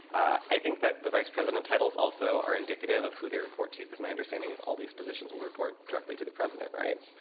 i think that the vice president titles also are indicative of who they report to because my understanding is all these positions will report directly to the president, right?